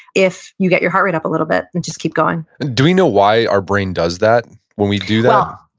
if you get your heart rate up a little bit and just keep going do we know why our brain does that when we do that?